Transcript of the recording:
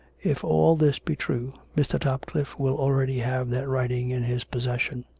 if all this be true, mr. top cliffe will already have that writing in his possession.